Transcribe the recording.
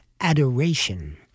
Adoration